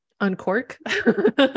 uncork